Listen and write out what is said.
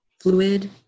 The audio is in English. fluid